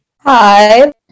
hi